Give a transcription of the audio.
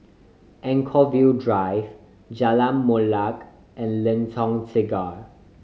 Anchorvale Drive Jalan Molek and Lengkok Tiga